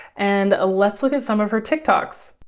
and ah let's look at some of her tiktoks.